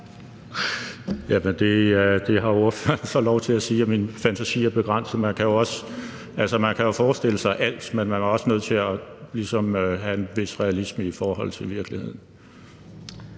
det har ordføreren så lov til at sige, altså at min fantasi er begrænset. Man kan jo forestille sig alt, men man er også nødt til ligesom at have en vis realisme i forhold til virkeligheden.